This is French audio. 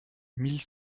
mille